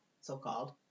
so-called